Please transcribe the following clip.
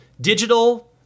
digital